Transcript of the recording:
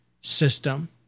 system